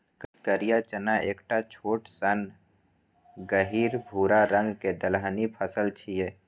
करिया चना एकटा छोट सन गहींर भूरा रंग के दलहनी फसल छियै